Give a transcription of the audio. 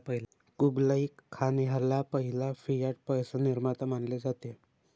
Kublai Khan ह्याला पहिला fiat पैसा निर्माता मानले जाते